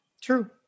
True